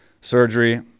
surgery